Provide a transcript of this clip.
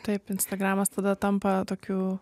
taip instagramas tada tampa tokiu